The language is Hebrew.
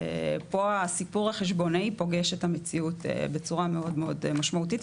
פה הסיפור החשבונאי פוגש את המציאות בצורה מאוד מאוד משמעותית,